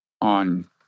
on